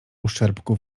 uszczerbku